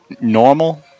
normal